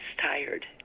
tired